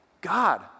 God